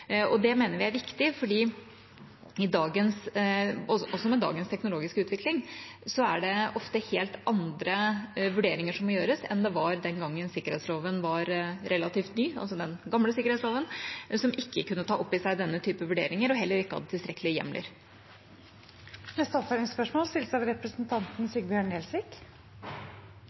Det mener vi er viktig, fordi også med dagens teknologiske utvikling er det ofte helt andre vurderinger som må gjøres enn det var den gangen sikkerhetsloven var relativt ny, altså den gamle sikkerhetsloven, som ikke kunne ta opp i seg denne type vurderinger, og som heller ikke hadde tilstrekkelige hjemler. Det blir oppfølgingsspørsmål – først Sigbjørn Gjelsvik.